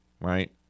Right